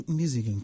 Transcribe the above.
music